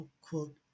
quote